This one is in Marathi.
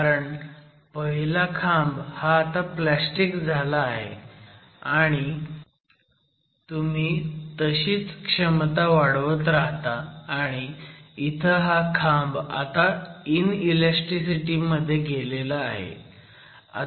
कारण पहिला खांब हा आता प्लॅस्टिक झाला आहे आणि तुम्ही तशीच क्षमता वाढवत राहता आणि इथं हा खांब आता इनईलॅस्टीसिटी मध्ये गेला आहे